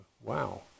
Wow